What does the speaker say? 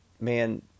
man